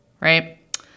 right